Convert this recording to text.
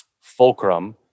fulcrum